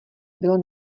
bylo